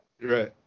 Right